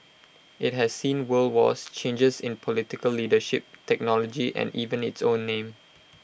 IT has seen world wars changes in political leadership technology and even its own name